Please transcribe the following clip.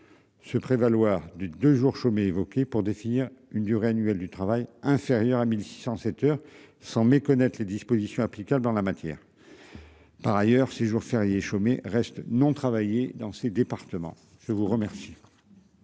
Se prévaloir du deux jours chômés pour définir une durée annuelle du travail inférieure à 1607 heures sans méconnaître les dispositions applicables dans la matière. Par ailleurs, ces jours fériés et chômés reste non travailler dans ces départements. Je vous remercie.